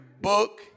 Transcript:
book